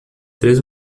três